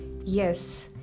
yes